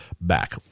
back